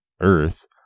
Earth